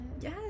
Yes